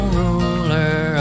ruler